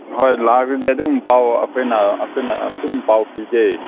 ꯍꯣꯏ ꯂꯥꯛꯑꯒꯗꯤ ꯑꯗꯨꯝ ꯄꯥꯎ ꯑꯩꯈꯣꯏꯅ ꯑꯩꯈꯣꯏꯅ ꯑꯗꯨꯝ ꯄꯥꯎ ꯄꯤꯒꯦ